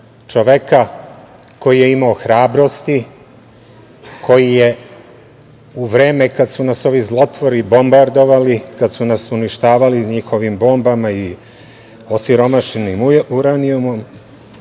čoveka koji je imao hrabrosti, koji je u vreme kad su nas ovi zlotvori bombardovali, kad su nas uništavali njihovim bombama i osiromašenim uranijumom,